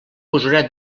posaré